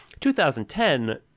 2010